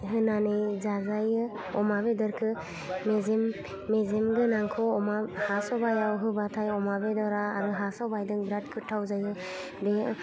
होनानै जाजायो अमा बेदरखौ मेजेम मेजेम गोनांखौ अमा हा सबायाव होबाथाय अमा बेदरा आरो हा सबाइदों बिराद गोथाव जायो बे